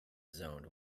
zoned